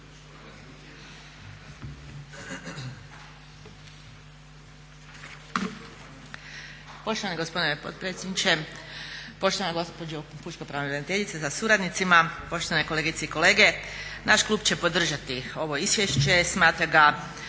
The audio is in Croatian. Poštovani gospodine potpredsjedniče, poštovana gospođo pučka pravobraniteljice sa suradnicima, poštovane kolegice i kolege naš klub će podržati ovo izvješće, smatra ga